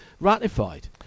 ratified